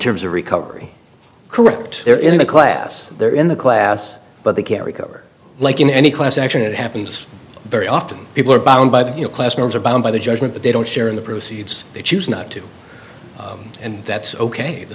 terms of recovery correct they're in a class they're in the class but they can't recover like in any class action it happens very often people are bound by the class norms are bound by the judgement that they don't share in the proceeds they choose not to and that's ok the